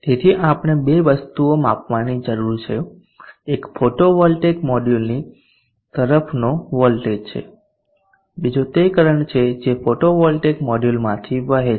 તેથી આપણે બે વસ્તુઓ માપવાની જરૂર છે એક ફોટોવોલ્ટેઇક મોડ્યુલની તરફનો વોલ્ટેજ છે બીજો તે કરંટ છે જે ફોટોવોલ્ટેઇક મોડ્યુલમાંથી વહે છે